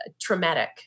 traumatic